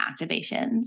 activations